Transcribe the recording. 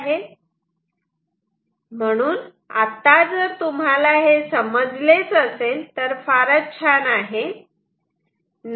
म्हणून आता जर तुम्हाला हे समजलेच असेल तर फारच छान आहे